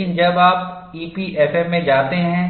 लेकिन जब आप ईपीएफएम में जाते हैं